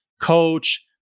Coach